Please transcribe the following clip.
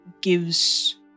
gives